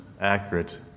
accurate